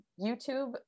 YouTube